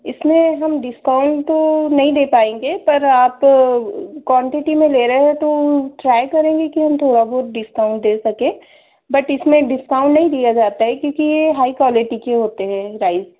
इसमें हम डिस्काउंट तो नहीं दे पाएँगे पर आप क्वांटिटी में ले रहे हैं तो ट्राई करेंगे की हम थोड़ा बहुत डिस्काउंट दे सकें बट इसमें डिस्काउंट नहीं दिया जाता है क्योंकि यह हाई क्वालिटी के होते हैं यह राइस